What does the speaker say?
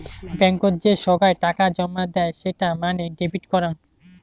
বেঙ্কত যে সোগায় টাকা জমা দেয় সেটা মানে ডেবিট করাং